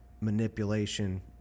manipulation